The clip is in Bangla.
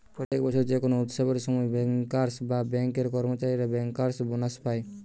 প্রত্যেক বছর যে কোনো উৎসবের সময় বেঙ্কার্স বা বেঙ্ক এর কর্মচারীরা বেঙ্কার্স বোনাস পায়